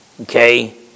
Okay